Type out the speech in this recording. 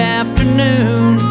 afternoon